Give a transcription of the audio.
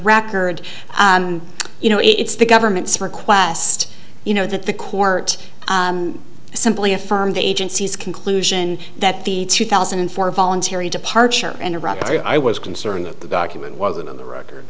record you know it's the government's request you know that the court simply affirmed the agency's conclusion that the two thousand and four voluntary departure in iraq i was concerned that the document was the record